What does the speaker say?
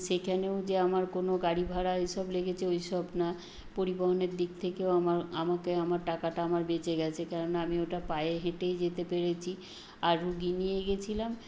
সেখানেও যে আমার কোনো গাড়ি ভাড়া এই সব লেগেছে ওই সব না পরিবহণের দিক থেকেও আমার আমাকে আমার টাকাটা আমার বেঁচে গেছে কেননা আমি ওটা পায়ে হেঁটেই যেতে পেরেছি আর রোগী নিয়েই গিয়েছিলাম